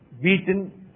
beaten